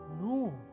No